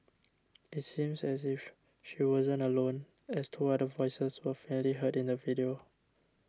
it seems as if she wasn't alone as two other voices were faintly heard in the video